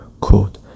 quote